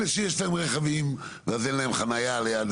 אלה שיש להם רכבים ואז אין להם חנייה ליד